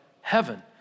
heaven